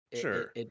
Sure